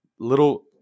little